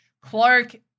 Clark